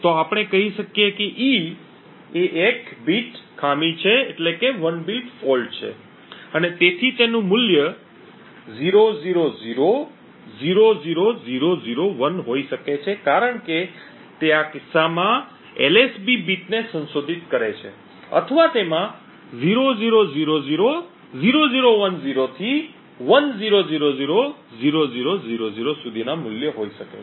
તો ચાલો આપણે કહી શકીએ કે e એ એક બીટ ખામી છે અને તેથી તેનું મૂલ્ય 00000001 હોઈ શકે છે કારણ કે તે આ કિસ્સામાં એલએસબી બીટને સંશોધિત કરે છે અથવા તેમાં 00000010 થી 10000000 સુધીના મૂલ્યો હોઈ શકે છે